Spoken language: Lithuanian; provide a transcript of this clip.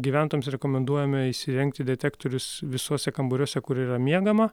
gyventojams rekomenduojame įsirengti detektorius visuose kambariuose kur yra miegama